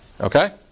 Okay